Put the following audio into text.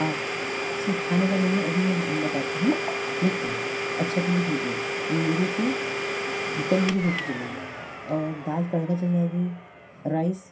आप जी खाने मेन्यू अभी मैं बताती हूँ लिख लो अच्छा तो लिख लीजिए रोटी तंदूरी रोटी चलेगी और दाल तड़का चल जाएगी राइस